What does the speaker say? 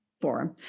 forum